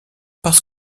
parce